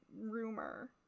Rumor